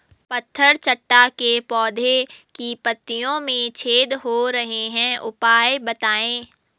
पत्थर चट्टा के पौधें की पत्तियों में छेद हो रहे हैं उपाय बताएं?